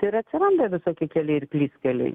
tai ir atsiranda visokie keliai ir klystkeliai